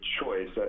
choice